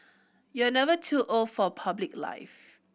you are never too old for public life